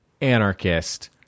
anarchist